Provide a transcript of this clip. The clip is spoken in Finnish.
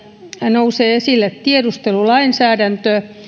nousee esille tiedustelulainsäädäntö